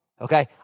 okay